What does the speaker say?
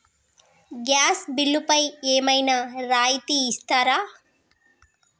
Gas బిల్లుపై ఏమైనా రాయితీ ఇస్తారా?